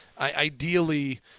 ideally